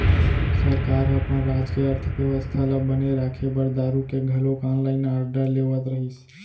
सरकार ह अपन राज के अर्थबेवस्था ल बने राखे बर दारु के घलोक ऑनलाइन आरडर लेवत रहिस